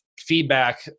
feedback